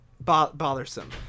bothersome